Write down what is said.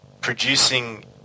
producing